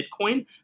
Bitcoin